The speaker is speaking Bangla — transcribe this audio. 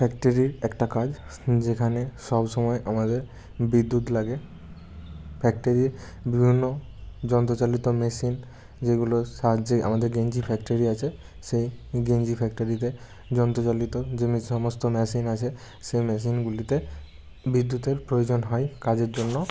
ফ্যাক্টরির একটা কাজ যেখানে সব সময় আমাদের বিদ্যুৎ লাগে ফ্যাক্টরির বিভিন্ন যন্ত্রচালিত মেশিন যেগুলোর সাহায্যে আমাদের গেঞ্জি ফ্যাক্টরি আছে সেই গেঞ্জি ফ্যাক্টরিতে যন্তচালিত যে সমস্ত মেশিন আছে সেই মেশিনগুলিতে বিদ্যুতের প্রয়োজন হয় কাজের জন্য